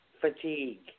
Fatigue